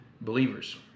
believers